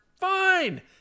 fine